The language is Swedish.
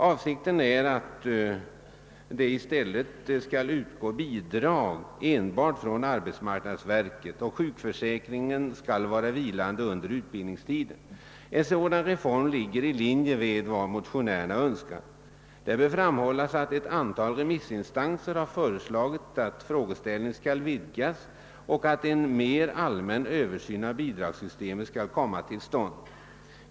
Avsikten är att det i stället skall utgå bidrag enbart från arbetsmarknadsverket, och sjukpenningsförsäkringen skall vara vilande under utbildningstiden. En sådan reform ligger i linje med vad motionärerna önskat. Det bör framhållas att ett antal remissinstanser har föreslagit att frågeställningen skall vidgas och att en mer allmän översyn av bidragssystemet skall komma till stånd.